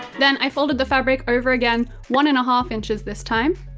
then i folded the fabric over again one and a half inches this time,